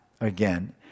again